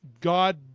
God